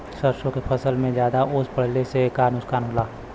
सरसों के फसल मे ज्यादा ओस पड़ले से का नुकसान होला?